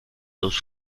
dos